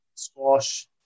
squash